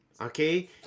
okay